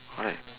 why